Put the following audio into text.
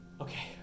Okay